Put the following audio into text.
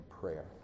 prayer